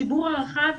לציבור הרחב,